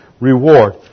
reward